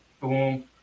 Boom